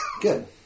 Good